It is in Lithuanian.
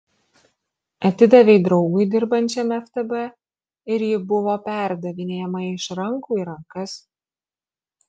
atidavė draugui dirbančiam ftb ir ji buvo perdavinėjama iš rankų į rankas